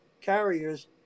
carriers